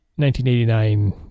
1989